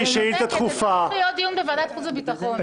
צריך להיות דיון בוועדת חוץ וביטחון.